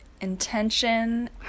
intention